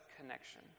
connection